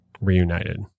Reunited